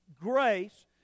grace